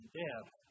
death